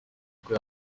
uko